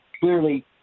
clearly